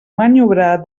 maniobrar